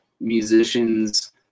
musicians